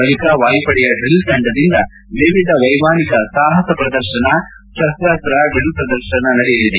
ಬಳಿಕ ವಾಯಪಡೆಯ ಡ್ರಿಲ್ ತಂಡದಿಂದ ವಿವಿಧ ವೈಮಾನಿಕ ಸಾಹಸ ಪ್ರದರ್ಶನ ಶಸ್ತಾಸ್ತ ಡ್ರಿಲ್ ಪ್ರದರ್ಶನ ನಡೆಯಲಿದೆ